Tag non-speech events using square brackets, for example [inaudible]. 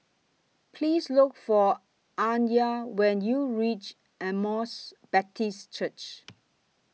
Please Look For Anya when YOU REACH Emmaus Baptist Church [noise]